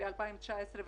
ב-2019,